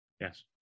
Yes